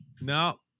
now